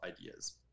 ideas